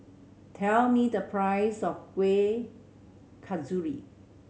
tell me the price of Kueh Kasturi